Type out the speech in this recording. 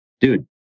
dude